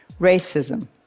racism